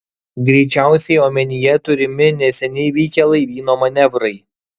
greičiausiai omenyje turimi neseniai vykę laivyno manevrai